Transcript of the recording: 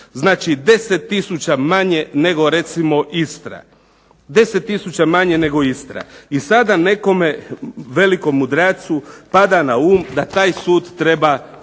znači 10 tisuća manje nego recimo Istra. 10 tisuća manje nego Istra. I sada nekom velikom mudracu pada na um da taj sud treba